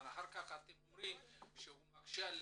אחר כך אתם אומרים "הוא מקשה עלינו".